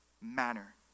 manner